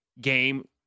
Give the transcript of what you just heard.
Game